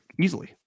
easily